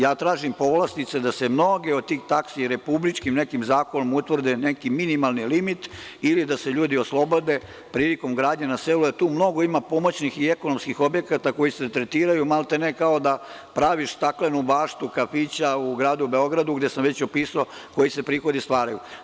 Ja tražim povlastice da se mnoge od tih taksi republičkim nekim zakonom utvrde, neki minimalni limit, ili da se ljudi oslobode prilikom gradnje na selu jer tu ima mnogo pomoćnih i ekonomskih objekata koji se tretiraju maltene kao da praviš staklenu baštu kafića u gradu Beogradu, gde sam već opisao koji se prihodi stvaraju.